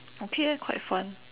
okay eh quite fun